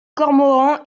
cormorans